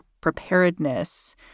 preparedness